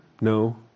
No